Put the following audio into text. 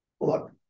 look